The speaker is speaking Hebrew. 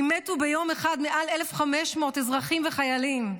אם מתו ביום אחד מעל 1,500 אזרחים וחיילים,